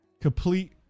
Complete